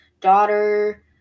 daughter